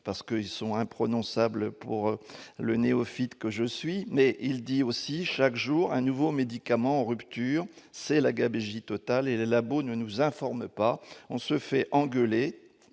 parce qu'ils sont imprononçables pour le néophyte que je suis :« Chaque jour, un nouveau médicament [est] en rupture, c'est la gabegie totale et les labos ne nous informent pas. On se fait engueuler